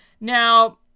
Now